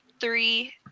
three